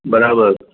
बराबरि